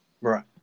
Right